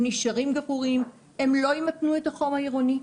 הם לא ימתנו את החום העירוני,